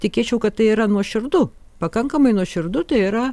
tikėčiau kad tai yra nuoširdu pakankamai nuoširdu tai yra